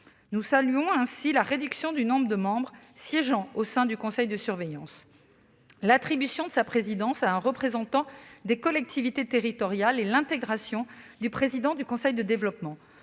Nous saluons ainsi la réduction du nombre de membres siégeant au sein du conseil de surveillance, l'attribution de sa présidence à un représentant des collectivités territoriales et l'intégration du président du conseil de développement.